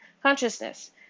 consciousness